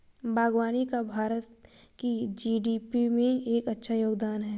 बागवानी का भारत की जी.डी.पी में एक अच्छा योगदान है